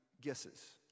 guesses